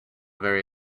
very